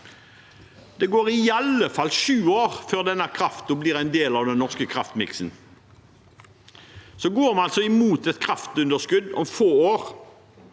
Det går i alle fall sju år før denne kraften blir en del av den norske kraftmiksen. Vi går altså mot et kraftunderskudd om få år